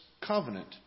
covenant